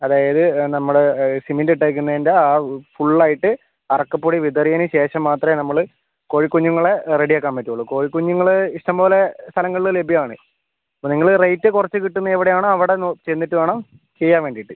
അതായത് നമ്മൾ സിമന്റ് ഇട്ടേക്കുന്നതിന്റെ ആ ഫുൾ ആയിട്ട് അറക്കപ്പൊടി വിതറിയത്തിന് ശേഷം മാത്രമേ നമ്മൾ കോഴി കുഞ്ഞുങ്ങളെ റെഡി ആക്കാൻ പറ്റുള്ളൂ കോഴി കുഞ്ഞുങ്ങൾ ഇഷ്ടം പോലെ സ്ഥലങ്ങളിൽ ലഭ്യമാണ് അപ്പം നിങ്ങൾ റേറ്റ് കുറച്ച് കിട്ടുന്ന എവിടെ ആണോ അവിടെ ചെന്നിട്ട് വേണം ചെയ്യാൻ വേണ്ടിയിട്ട്